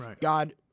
God